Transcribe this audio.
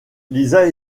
lisa